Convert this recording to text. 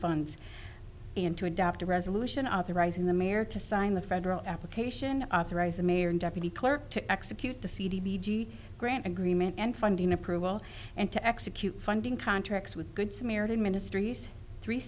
funds and to adopt a resolution authorizing the mayor to sign the federal application authorize the mayor and deputy clerk to execute the c d b grant agreement and funding approval and to execute funding contracts with good samaritan ministries three